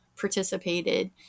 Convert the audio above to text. participated